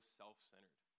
self-centered